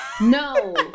No